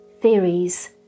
theories